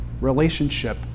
relationship